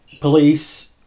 police